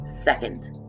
second